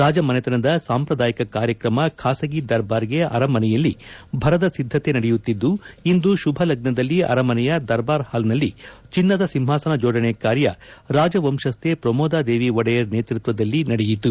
ರಾಜಮನೆತನದ ಸಾಂಪ್ರದಾಯಿಕ ಕಾರ್ಯಕ್ರಮ ಖಾಸಗಿ ದರ್ಬಾರಿಗೆ ಅರಮನೆಯಲ್ಲಿ ಭರದ ಸಿದ್ದತೆ ನಡೆಯುತ್ತಿದ್ದು ಇಂದು ಶುಭ ಲಗ್ನದಲ್ಲಿ ಅರಮನೆಯ ದರ್ಬಾರ್ ಹಾಲ್ ನಲ್ಲಿ ಚನ್ನದ ಸಿಂಹಾಸನ ಜೋಡಣೆ ಕಾರ್ಯ ರಾಜವಂಶಸ್ಥೆ ಪ್ರಮೋದಾದೇವಿ ಒಡೆಯರ್ ನೇತೃತ್ವದಲ್ಲಿ ನಡೆಯಿತು